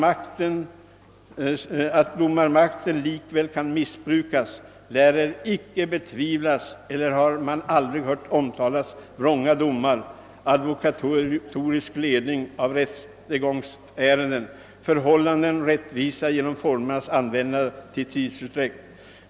Att Domare-masgten likväl kan missbrukas, lärer icke betviflas; eller har man aldrig hört omtalas vrånga domar, advocatorisk ledning af rättegångsärenden, förhållen rättvisa genom formernas användande till tidsutdrägt?